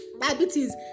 diabetes